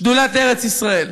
שדולת ארץ-ישראל: